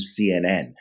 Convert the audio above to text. CNN